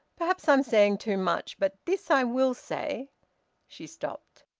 perhaps i'm saying too much, but this i will say she stopped.